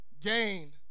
gain